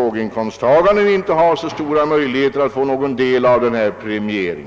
låginkomsttagarna inte har så stora möjligheter att få någon del av denna premiering.